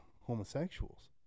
homosexuals